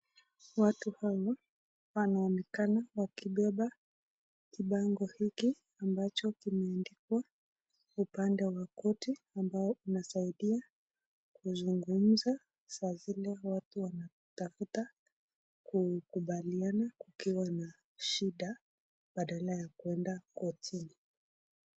Watu hawa wanaonekana wakibeba kibango hiki ambacho kimeandikwa upande wa koti ambao inasaidia kuzungumza saa zile watu wanatafuta kukubaliana wakiwa na shida badala ya kuenda kotini.